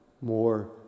more